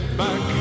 back